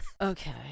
Okay